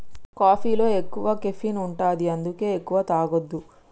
కాఫీలో ఎక్కువ కెఫీన్ ఉంటది అందుకే ఎక్కువ తాగొద్దు